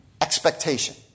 expectation